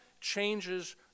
changes